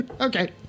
Okay